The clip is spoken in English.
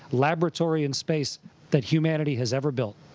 laboratory in space that humanity has ever built.